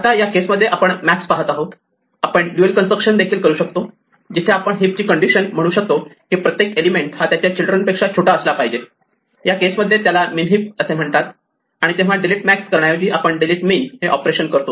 आता या केस मध्ये आपण मॅक्स पाहत आहोत आपण ड्युएल कन्स्ट्रक्शन देखील करू शकतो जिथे आपण हीप ची कंडिशन म्हणू शकतो की प्रत्येक एलिमेंट हा त्याच्या चिल्ड्रन पेक्षा छोटा असला पाहिजे या केस मध्ये याला मीन हीप असे म्हणतात आणि तेव्हा डिलीट मॅक्स करण्याऐवजी आपण डिलीट मीन हे ऑपरेशन करतो